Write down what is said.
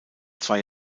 zwei